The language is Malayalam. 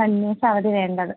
കണ്ടിന്യൂസ് അവധി വേണ്ടത്